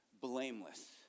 blameless